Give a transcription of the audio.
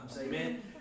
Amen